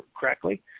correctly